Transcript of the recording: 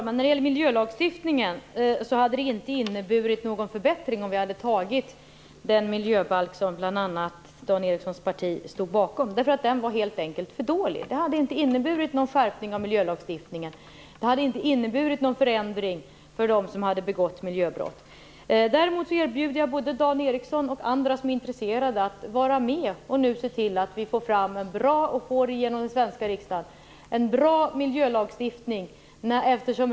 Herr talman! Det hade inte inneburit någon förbättring om vi hade antagit den miljöbalk som bl.a. Dan Ericssons parti stod bakom. Den var helt enkelt för dålig. Det hade inte inneburit någon skärpning i miljölagstiftningen eller en förändring för dem som hade begått miljöbrott. Däremot erbjuder jag både Dan Ericsson och andra som är intresserade att vara med och nu se till att vi får fram en bra miljölagstiftning och får igenom den i svenska riksdagen.